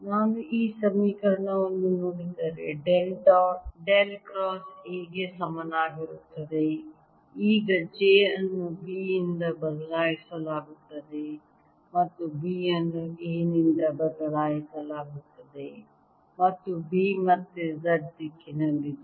ನಾನು ಈ ಸಮೀಕರಣವನ್ನು ನೋಡಿದರೆ ಡೆಲ್ ಕ್ರಾಸ್ A ಗೆ ಸಮನಾಗಿರುತ್ತದೆ ಈಗ j ಅನ್ನು B ಯಿಂದ ಬದಲಾಯಿಸಲಾಗುತ್ತದೆ ಮತ್ತು B ಅನ್ನು A ನಿಂದ ಬದಲಾಯಿಸಲಾಗುತ್ತದೆ ಮತ್ತು B ಮತ್ತೆ z ದಿಕ್ಕಿನಲ್ಲಿದೆ